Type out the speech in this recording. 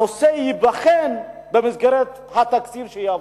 הנושא ייבחן במסגרת התקציב שיבוא.